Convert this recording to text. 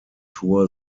tour